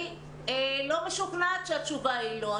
אני לא משוכנעת שהתשובה היא לא.